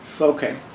Okay